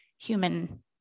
human